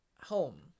home